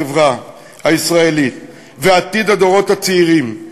החברה הישראלית ועתיד הדורות הצעירים,